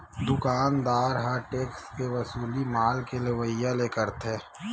दुकानदार ह टेक्स के वसूली माल के लेवइया ले करथे